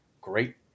great